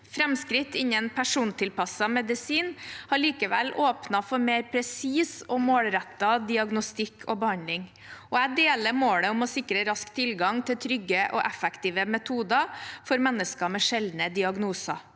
Framskritt innen persontilpasset medisin har likevel åpnet for mer presis og målrettet diagnostikk og behandling, og jeg deler målet om å sikre rask tilgang til trygge og effektive metoder for mennesker med sjeldne diagnoser.